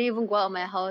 ya